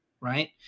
Right